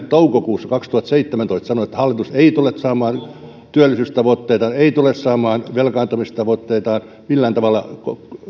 toukokuussa kaksituhattaseitsemäntoista sanoi että hallitus ei tule saamaan työllisyystavoitteitaan ja ei tule saamaan velkaantumistavoitteitaan millään tavalla